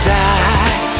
die